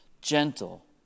Gentle